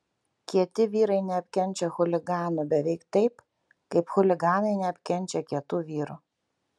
kieti vyrai neapkenčia chuliganų beveik taip kaip chuliganai neapkenčia kietų vyrų